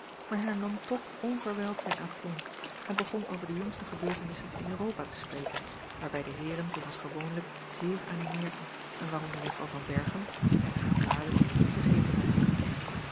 maar hernam toch onverwijld zijn aplomb en begon over de jongste gebeurtenissen in europa te spreken waarbij de heeren zich als gewoonlijk zeer animeerden en waaronder juffrouw van berchem en hare paarlen vergeten werden